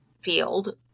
field